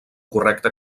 correcte